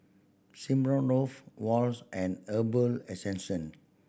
Smirnoff Wall's and Herbal